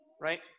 right